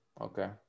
Okay